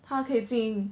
他可以进